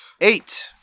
Eight